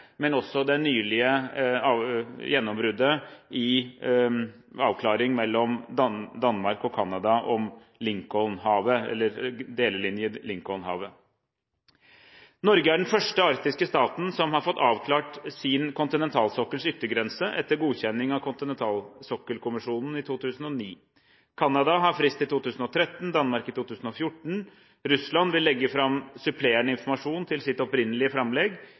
men også det nylige gjennombruddet når det gjelder avklaring mellom Danmark og Canada om delelinje i Lincolnhavet. Norge er den første arktiske staten som har fått avklart sin kontinentalsokkels yttergrense etter godkjenning av Kontinentalsokkelkommisjonen i 2009. Canada har frist til 2013, Danmark til 2014. Russland vil legge fram supplerende informasjon til sitt opprinnelige framlegg